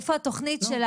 מאיפה את מביאה את זה?